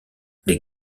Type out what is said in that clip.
les